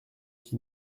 qui